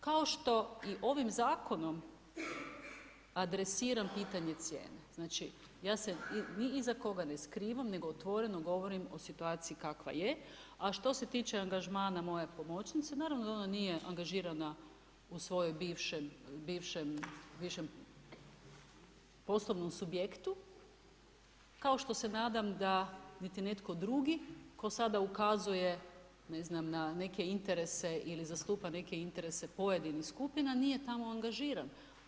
Kao što i ovim zakonom adresiram pitanje cijene, znači ja se ni iza koga ne skrivam, nego otvoreno govorim o situaciji kakva je, a što se tiče angažmana moje pomoćnice, naravno da ona nije angažirana u svojem bivšem poslovnom subjektu, kao što se nadam da niti netko drugi tko sada ukazuje ne znam na neke interese ili zastupa neke interese pojedinih skupina nije tamo angažiran.